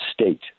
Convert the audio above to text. state